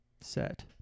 Set